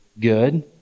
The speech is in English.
good